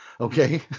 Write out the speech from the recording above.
Okay